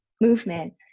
movement